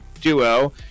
duo